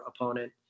opponent